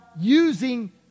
using